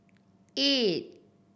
eight